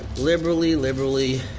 liberally, liberally.